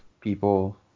people